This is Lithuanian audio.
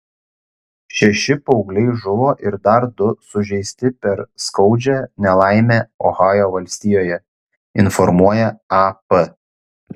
šeši paaugliai žuvo ir dar du sužeisti per skaudžią nelaimę ohajo valstijoje informuoja ap